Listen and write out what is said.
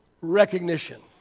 recognition